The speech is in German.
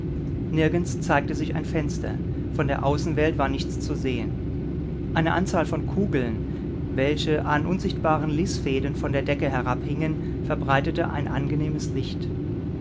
nirgends zeigte sich ein fenster von der außenwelt war nichts zu sehen eine anzahl von kugeln welche an unsichtbaren lisfäden von der decke herabhingen verbreitete ein angenehmes licht